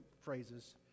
phrases